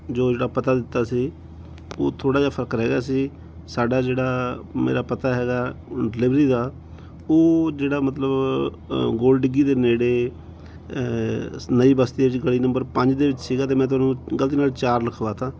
ਜੋ ਜਿਹੜਾ ਪਤਾ ਦਿੱਤਾ ਸੀ ਉਹ ਥੋੜ੍ਹਾ ਜਿਹਾ ਫ਼ਰਕ ਰਹਿ ਗਿਆ ਸੀ ਸਾਡਾ ਜਿਹੜਾ ਮੇਰਾ ਪਤਾ ਹੈਗਾ ਡਿਲੀਵਰੀ ਦਾ ਉਹ ਜਿਹੜਾ ਮਤਲਬ ਗੋਲ ਡਿੱਗੀ ਦੇ ਨੇੜੇ ਨਈ ਬਸਤੀ ਹੈ ਜੀ ਗਲੀ ਨੰਬਰ ਪੰਜ ਦੇ ਵਿੱਚ ਸੀਗਾ ਅਤੇ ਮੈਂ ਤੁਹਾਨੂੰ ਗਲਤੀ ਨਾਲ ਚਾਰ ਲਿਖਵਾ ਦਿੱਤਾ